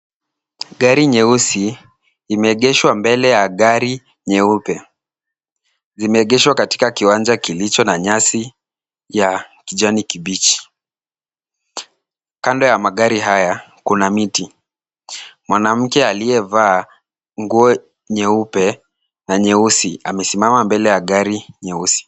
Gari nyeusi limeegeshwa mbele ya gari nyeupe, limeegeshwa katika kiwanja kilicho na nyasi ya kijani kibichi, kando ya magari haya kuna miti, mwanamke aliyevaa nguo nyeupe na nyeusi amesimama mbele ya gari nyeusi.